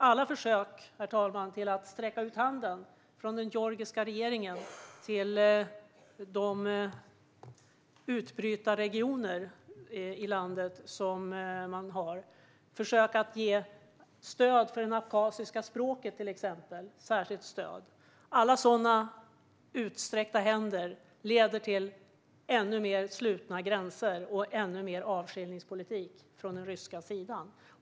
Alla försök från den georgiska regeringen att sträcka ut handen till utbrytarregionerna i landet, till exempel försöka ge särskilt stöd för det abchaziska språket, leder till ännu mer slutna gränser och ännu mer avskiljningspolitik från den ryska sidan.